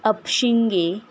Apshinge